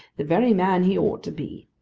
the very man he ought to be!